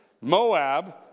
Moab